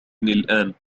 الآن